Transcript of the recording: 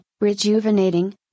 rejuvenating